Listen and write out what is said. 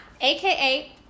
AKA